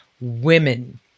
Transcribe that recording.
women